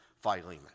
Philemon